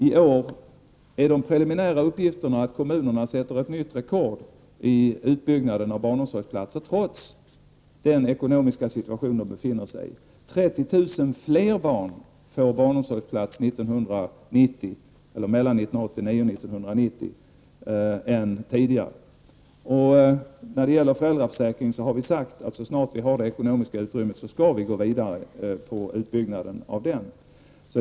I år sätter kommunerna enligt de preliminära uppgifterna ett nytt rekord i fråga om utbygnaden av barnomsorgsplatser trots den ekonomiska situation de befinner sig i. Mellan 1989 och 1990 får 30 000 fler barn än tidigare barnomsorgsplats. Vi har också sagt att, vi så snart vi har det ekonomiska utrymmet, skall gå vidare med utbyggnaden av föräldraförsäkringen.